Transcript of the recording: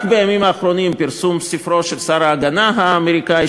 רק בימים האחרונים פרסום ספרו של שר ההגנה האמריקני,